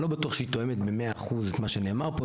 אני לא בטוח שהיא תואמת במאה אחוז את מה שנאמר פה,